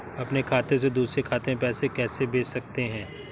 अपने खाते से दूसरे खाते में पैसे कैसे भेज सकते हैं?